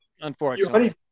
unfortunately